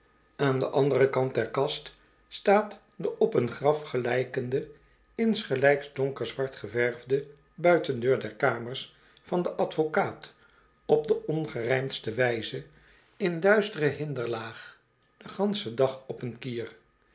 aan den anderen kant der kast staat de op een graf gelijkende insgelijks donkerzwart geverfde buitendeur der kamers van den advocaat op de ongerymdste wijze in duistere hinderlaag den gansenen dag op een kier